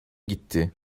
gitti